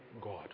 God